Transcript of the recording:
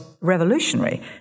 revolutionary